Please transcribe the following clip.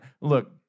look